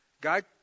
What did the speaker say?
God